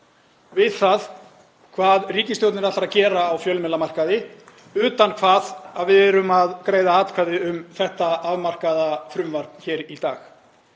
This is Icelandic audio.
um það hvað ríkisstjórnin ætlar að gera á fjölmiðlamarkaði utan hvað við erum að greiða atkvæði um þetta afmarkaða frumvarp hér í dag.